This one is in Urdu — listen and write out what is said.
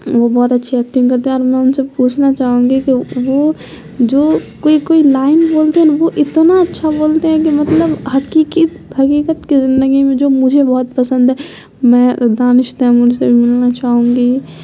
وہ بہت اچھی ایکٹنگ کرتے ہیں اور میں ان سے پوچھنا چاہوں گی کہ وہ جو کوئی کوئی لائن بولتے ہیں وہ اتنا اچھا بولتے ہیں کہ مطلب حقیقیت حقیقت کی زندگی میں جو مجھے بہت پسند ہے میں دانش ت من سے بھی ملنا چاہوں گی